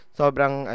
sobrang